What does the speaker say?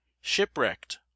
Shipwrecked